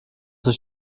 sich